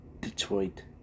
Detroit